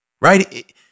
right